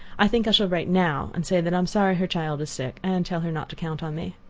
i think i shall write now, and say that i am sorry her child is sick, and tell her not to count on me.